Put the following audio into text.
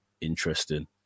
interesting